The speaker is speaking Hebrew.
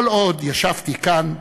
כל עוד ישבתי כאן,